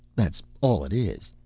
that's all it is.